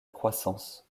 croissance